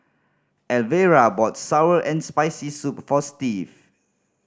Alvera bought sour and Spicy Soup for Steve